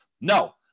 no